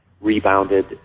rebounded